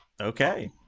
Okay